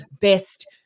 best